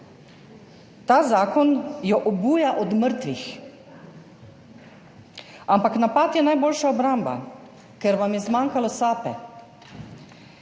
ta zakon jo obuja od mrtvih. Ampak napad je najboljša obramba. Ker vam je zmanjkalo sape.